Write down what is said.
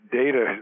data